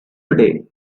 today